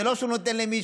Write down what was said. זה לא שהוא נותן למישהו.